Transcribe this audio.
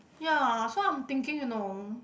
ya so I'm thinking you know